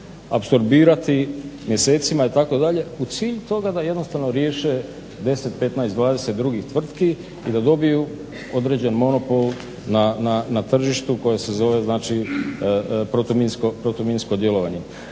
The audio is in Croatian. apsorbirati mjesecima i tako dalje u cilju toga da jednostavno riješe 10, 15,0 20 drugih tvrtki i da dobiju određeni monopol na tržištu koje se zove protuminsko djelovanje.